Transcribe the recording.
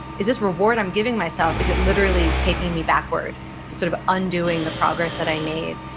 is this reward i'm giving myself, is it literally taking me backward to sort of undoing the progress that i made?